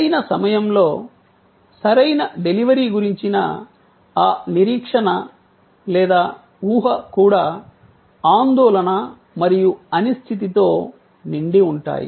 సరైన సమయంలో సరైన డెలివరీ గురించిన ఆ నిరీక్షణ లేదా ఊహ కూడా ఆందోళన మరియు అనిశ్చితితో నిండి ఉంటాయి